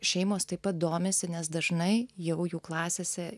šeimos taip pat domisi nes dažnai jau jų klasėse